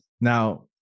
Now